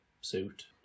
suit